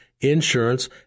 insurance